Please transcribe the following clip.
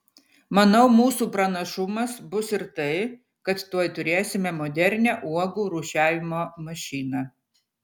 manau mūsų pranašumas bus ir tai kad tuoj turėsime modernią uogų rūšiavimo mašiną